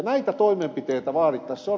näitä toimenpiteitä vaadittaisiin